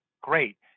Great